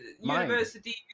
university